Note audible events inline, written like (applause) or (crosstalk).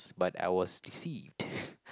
but I was deceived (breath)